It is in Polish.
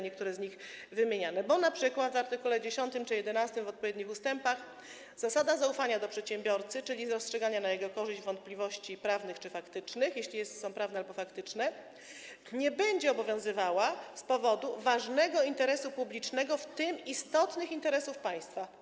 Niektóre z nich były tutaj wymieniane, bo np. w art. 10 czy 11 w odpowiednich ustępach zasada zaufania do przedsiębiorcy, czyli rozstrzygania na jego korzyść wątpliwości prawnych czy faktycznych, jeśli są prawne albo faktyczne, nie będzie obowiązywała z powodu ważnego interesu publicznego, w tym istotnych interesów państwa.